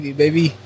baby